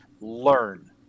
Learn